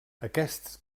aquests